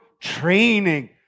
training